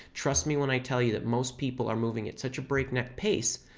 trust me when i tell you that most people are moving at such a break neck pace,